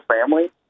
family